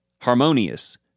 harmonious